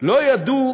לא ידעו